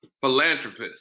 philanthropist